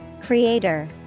Creator